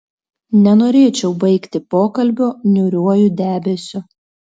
nenorėčiau baigti pokalbio niūriuoju debesiu